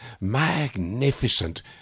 Magnificent